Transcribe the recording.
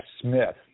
Smith